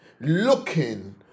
looking